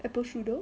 apple strudel